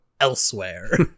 elsewhere